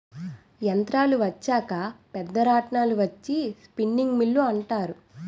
యంత్రాలు వచ్చాక పెద్ద రాట్నాలు వచ్చి స్పిన్నింగ్ మిల్లు అంటారు